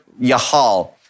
yahal